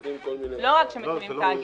נותנים כל מיני --- לא רק כשמקימים תאגיד.